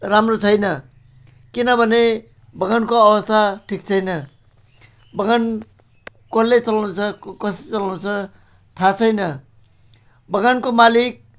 राम्रो छैन किनभने बगानको अवस्था ठिक छैन बगान कसले चलाउँछ कसले चलाउँछ थाह छैन बगानको मालिक